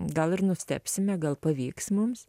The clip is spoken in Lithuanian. gal ir nustebsime gal pavyks mums